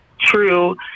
true